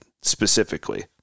specifically